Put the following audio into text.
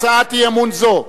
הצעת אי-אמון זו.